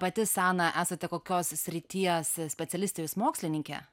pati sana esate kokios srities specialistė jūs mokslininkė